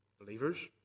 believers